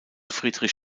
friedrich